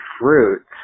fruits